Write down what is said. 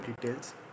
details